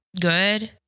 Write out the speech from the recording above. good